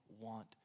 want